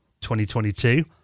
2022